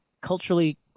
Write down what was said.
culturally